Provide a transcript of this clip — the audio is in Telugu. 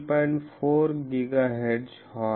4 GHz హార్న్